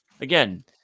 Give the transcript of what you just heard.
Again